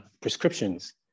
prescriptions